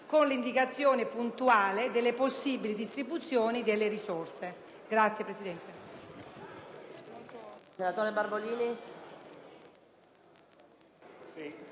con l'indicazione puntuale delle possibili distribuzioni delle risorse».